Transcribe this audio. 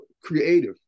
creative